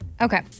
Okay